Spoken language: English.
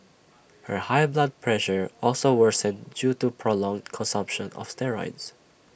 her high blood pressure also worsened due to prolonged consumption of steroids